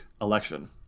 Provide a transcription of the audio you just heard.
election